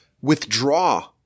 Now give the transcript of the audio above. withdraw